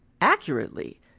accurately